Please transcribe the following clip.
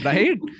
Right